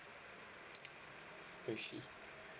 I see